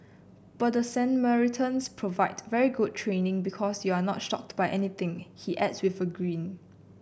but the Samaritans provided very good training because you're not shocked by anything he adds with a grin